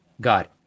God